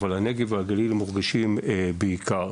אבל בנגב ובגליל הם מורגשים בעיקר.